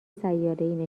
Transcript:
سیارهای